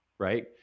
Right